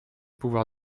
pouvoir